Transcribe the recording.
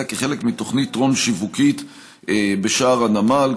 כחלק מתוכנית טרום-שיווקית בשער הנמל,